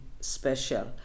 special